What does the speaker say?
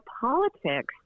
politics